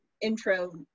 intro